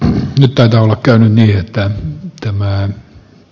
on tärkeää että tämä a